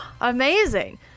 Amazing